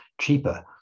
cheaper